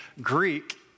Greek